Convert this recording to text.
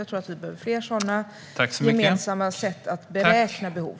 Jag tror att vi behöver fler sådana gemensamma sätt att beräkna behov.